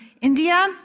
India